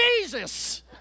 Jesus